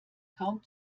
kaum